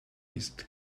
ist